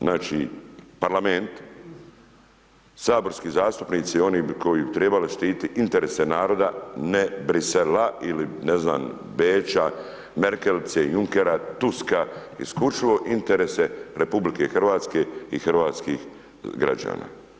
Znači, parlament, saborski zastupnici, oni koji bi trebali štititi interese naroda, ne Bruxellesa ili ne znam, Beča, Merkelice, Junckera, Tuska, isključivo interese građana.